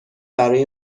برای